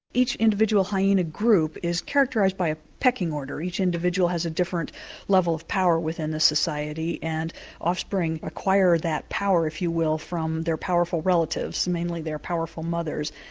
each individual hyena group is characterised by a pecking order. each individual has a different level of power within the society and offspring acquire that power, if you will, from their powerful relatives, mainly their powerful mothers.